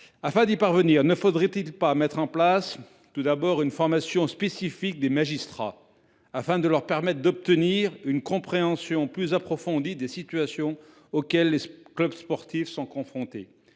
Afin d’y parvenir, ne faudrait il pas, d’une part, mettre en place une formation spécifique des magistrats, afin de leur permettre d’obtenir une compréhension plus approfondie des situations auxquelles les clubs sportifs sont confrontés ?